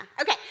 Okay